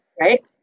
right